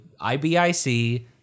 IBIC